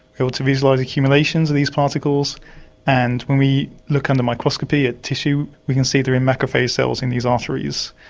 able to visualise accumulations of these particles and when we looked under microscopy at tissue we could see there are microphage cells in these arteries.